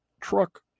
truck